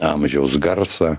amžiaus garsą